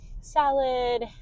salad